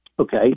Okay